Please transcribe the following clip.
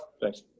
Thanks